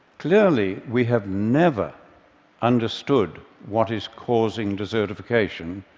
clearly, we have never understood what is causing desertification,